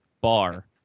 bar